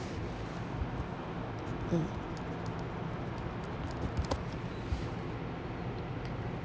mm